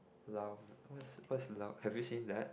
lao what's what's lao have you seen that